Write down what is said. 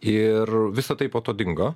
ir visa tai po to dingo